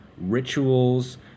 rituals